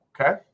Okay